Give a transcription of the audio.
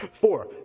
Four